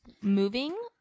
moving